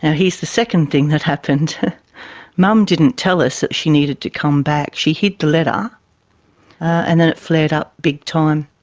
and here's the second thing that happened mum didn't tell us that she needed to come back. she hid the letter and then it flared up big-time,